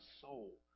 soul